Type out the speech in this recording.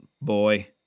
boy